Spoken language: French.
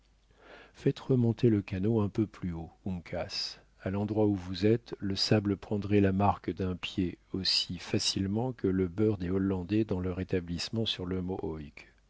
faites remonter le canot un peu plus haut uncas à l'endroit où vous êtes le sable prendrait la marque d'un pied aussi facilement que le beurre des hollandais dans leur établissement sur la